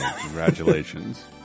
Congratulations